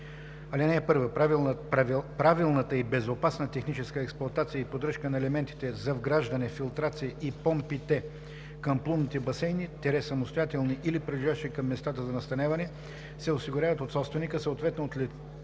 „Чл. 163а. (1) Правилната и безопасна техническа експлоатация и поддръжка на елементите за вграждане, филтрацията и помпите към плувните басейни – самостоятелни или прилежащи към местата за настаняване, се осигуряват от собственика, съответно от лицата,